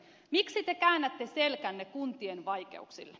miksi te käännätte selkänne kuntien vaikeuksille